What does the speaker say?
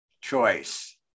choice